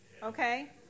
Okay